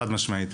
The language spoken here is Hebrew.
חד-משמעית.